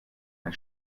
ein